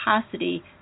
capacity